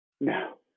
No